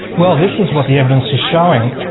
well, this is what the evidence is showing.